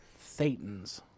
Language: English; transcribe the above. Thetans